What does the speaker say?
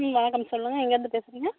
ம் வணக்கம் சொல்லுங்கள் எங்கிருந்து பேசுகிறீங்க